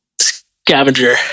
scavenger